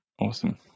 awesome